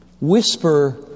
whisper